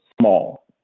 small